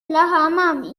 اوکلاهاما